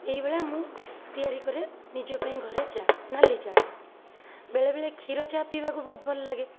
ଏଇଭଳିଆ ମୁଁ ତିଆରି କରେ ନିଜ ପାଇଁ ଘରେ ଚା' ନାଲି ଚା'ଟା ବେଳେବେଳେ କ୍ଷୀର ଚା' ପିଇବାକୁ ବହୁତ ଭଲ ଲାଗେ